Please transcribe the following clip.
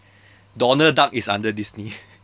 donald duck is under disney